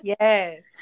Yes